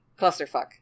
Clusterfuck